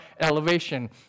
elevation